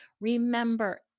Remember